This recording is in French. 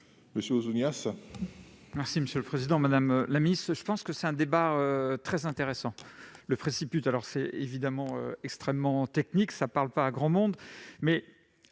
Monsieur Ouzoulias,